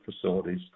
facilities